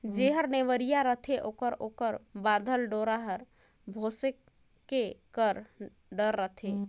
जेहर नेवरिया रहथे ओकर ओकर बाधल डोरा हर भोसके कर डर रहथे